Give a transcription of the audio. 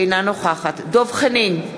אינה נוכחת דב חנין,